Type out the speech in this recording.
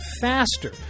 faster